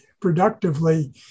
productively